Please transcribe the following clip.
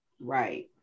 right